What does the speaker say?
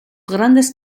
grandes